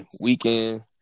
Weekend